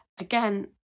Again